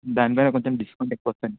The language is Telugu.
దాని మీద కొంచెం డిస్కౌంట్ ఎక్కువ వస్తుంది అండి